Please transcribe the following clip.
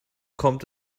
kommt